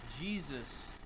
Jesus